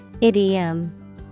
Idiom